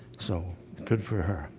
so good for her